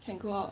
can go out